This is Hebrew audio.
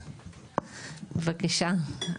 בבקשה.